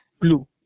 blue